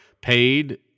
paid